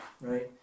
right